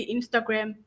Instagram